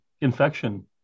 infection